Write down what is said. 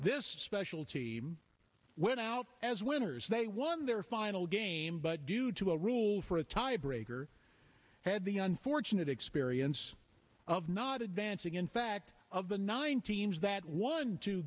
this special team went out as winners they won their final game but due to a rule for a tie breaker had the unfortunate experience of not advancing in fact of the nine teams that won two